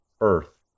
earth